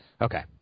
Okay